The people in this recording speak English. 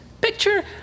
Picture